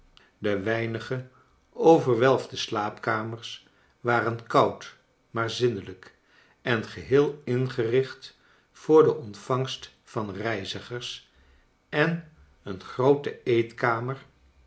do weinige overwelfde slaapkamers waren koud maar zindelijk en geheel ingcriclit voor de ontvangst van reizigers en in een groote eetkamer